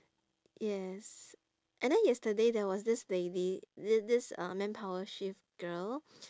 yes and then yesterday there was this lady this this uh manpower shift girl